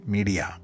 Media